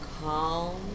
calm